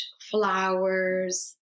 flowers